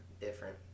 different